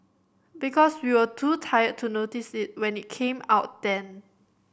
because we were too tired to notice it when it came out then